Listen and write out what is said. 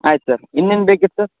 ಆಯ್ತು ಸರ್ ಇನ್ನೇನು ಬೇಕಿತ್ತು ಸರ್